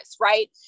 right